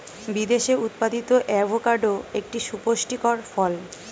বিদেশে উৎপাদিত অ্যাভোকাডো একটি সুপুষ্টিকর ফল